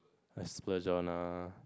I splurge on err